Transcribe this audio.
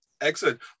Excellent